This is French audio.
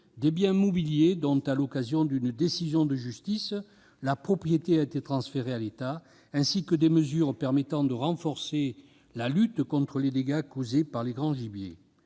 de biens mobiliers dont, à l'occasion d'une décision de justice, la propriété avait été transférée à l'État, ainsi que des mesures permettant de renforcer la lutte contre les dégâts causés par le grand gibier.